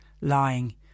lying